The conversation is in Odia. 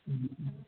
ହୁଁ ହୁଁ